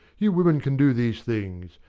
you women can do these things.